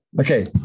Okay